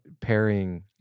pairing